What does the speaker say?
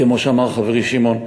כמו שאמר חברי שמעון,